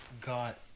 got